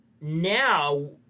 now